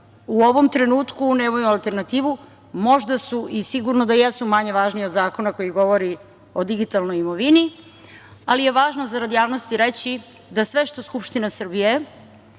u ovom trenutku nemaju alternativu, možda su i sigurno da jesu manje važni od zakona koji govori o digitalnoj imovini, ali je važno zarad javnosti reći da sve što Skupština Srbije